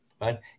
right